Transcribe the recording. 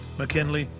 mckinley,